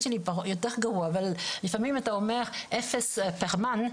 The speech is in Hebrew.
לפעמים אתה אומר אפס פחמן,